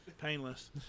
Painless